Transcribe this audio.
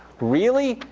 really?